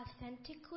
authentically